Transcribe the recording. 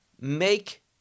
make